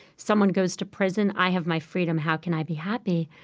someone goes to prison i have my freedom how can i be happy?